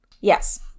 Yes